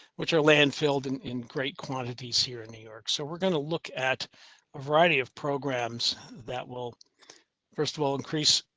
which are land filled in in great quantities here in new york. so we're going to look at a variety of programs that will first of all increase,